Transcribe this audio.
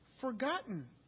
forgotten